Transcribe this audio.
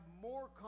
more